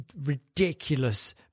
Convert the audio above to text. ridiculous